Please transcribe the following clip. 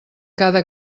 cada